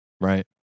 Right